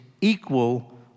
equal